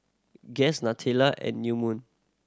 Guess Nutella and New Moon